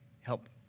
help